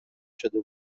شده